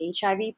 HIV